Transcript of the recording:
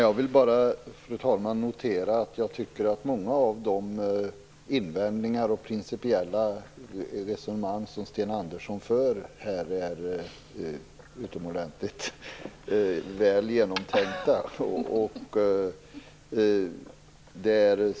Fru talman! Jag vill bara notera att många av de invändningar och principiella resonemang som Sten Andersson för är utomordentligt väl genomtänkta.